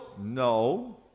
No